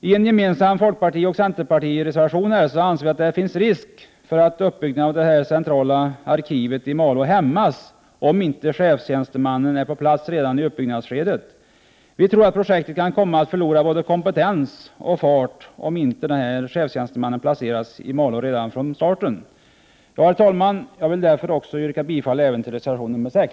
I en gemensam folkpartioch centerpartireservation sägs att det finns risk för att uppbyggnaden av det centrala borrkärnearkivet i Malå hämmas om inte chefstjänstemannen är på plats redan i uppbyggnadsskedet. Vi tror att projektet kan komma att förlora både kompetens och fart om inte chefstjänstemannen placeras i Malå redan från starten. Herr talman! Jag vill yrka bifall även till reservation 6.